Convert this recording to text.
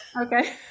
Okay